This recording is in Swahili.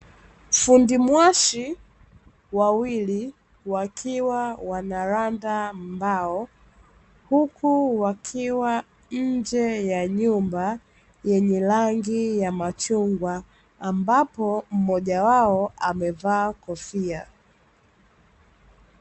Fundi mwashi wawili wakiwa wanaranda mbao, huku wakiwa nje ya nyumba yenye rangi ya machungwa ambapo mmoja wao amevaa kofia.